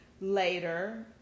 later